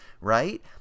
Right